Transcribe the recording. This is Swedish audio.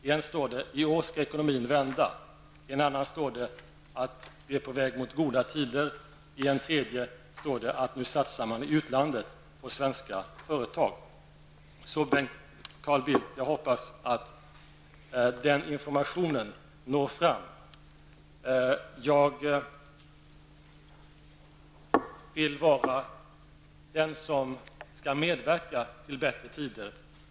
I en står det: I år skall ekonomin vända. I en annan står det: Vi är på väg mot goda tider. I en tredje står det: Nu satsar man i utlandet på svenska företag. Carl Bildt! Jag hoppas att den informationen når fram. Jag vill vara den som skall medverka till bättre tider.